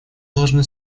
должны